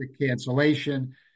cancellation